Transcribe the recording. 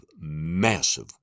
massive